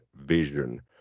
vision